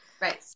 Right